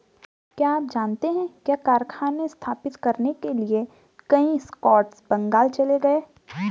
क्या आप जानते है जूट कारखाने स्थापित करने के लिए कई स्कॉट्स बंगाल चले गए?